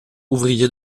ouvrier